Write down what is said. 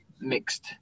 mixed